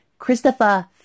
Christopher